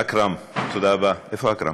אכרם, תודה רבה, איפה אכרם?